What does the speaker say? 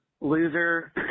Loser